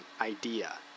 idea